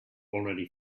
already